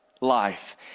life